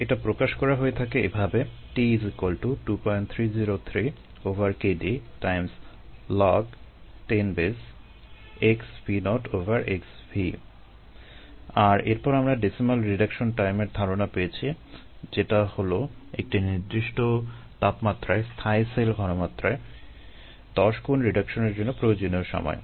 এটা প্রকাশ করা হয়ে থাকে এভাবে আর এরপর আমরা ডেসিমাল রিডাকশন টাইমের ধারণা পেয়েছি যেটা হলো একটি নির্দিষ্ট তাপমাত্রায় স্থায়ী সেল ঘনমাত্রায় দশগুণ রিডাকশনের জন্য প্রয়োজনীয় সময়